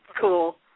Cool